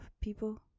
people